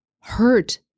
hurt